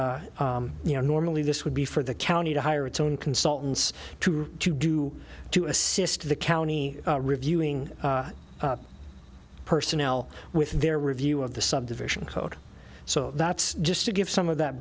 you know normally this would be for the county to hire its own consultants to do to assist the county reviewing personnel with their review of the subdivision code so that's just to give some of that